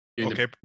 Okay